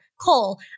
Cole